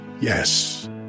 Yes